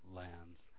lands